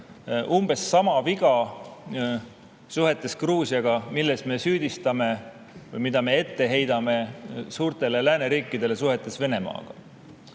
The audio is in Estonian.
umbes sama viga suhetes Gruusiaga, milles me süüdistame või mida me heidame ette suurtele lääneriikidele suhetes Venemaaga.